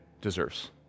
deserves